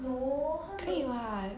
可以 [what]